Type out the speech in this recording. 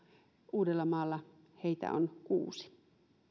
uudellamaalla heitä on kuusi